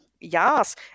Yes